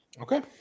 Okay